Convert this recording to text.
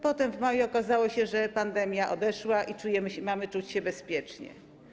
Potem w maju okazało się, że pandemia odeszła i mamy czuć się bezpiecznie.